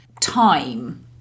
time